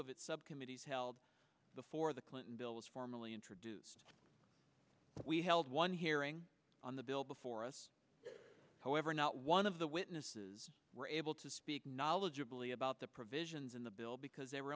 of its subcommittees held before the clinton bill was formally introduced we held one hearing on the bill before us however not one of the witnesses were able to speak knowledgeably about the provisions in the bill because they